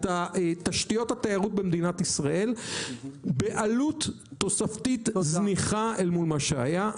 את תשתיות התיירות במדינת ישראל בעלות תוספתית זניחה אל מול מה שהיה.